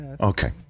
Okay